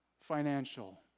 financial